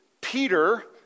Peter